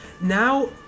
Now